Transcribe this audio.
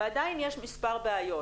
ועדיין יש מספר בעיות.